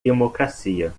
democracia